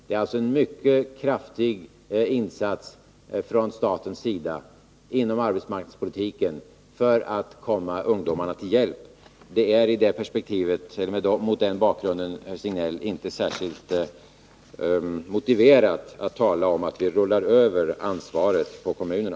Det är alltså en mycket kraftig insats från statens sida inom arbetsmarknadspolitiken för att komma ungdomarna till hjälp. Det är mot denna bakgrund, herr Signell, inte särskilt motiverat att tala om att vi rullar över ansvaret på kommunerna.